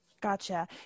Gotcha